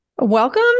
Welcome